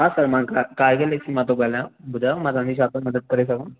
हा सर मां car Galaxy मां थो ॻाल्हायांं ॿुधायो मां तव्हांखे छा थो मदद करे सघां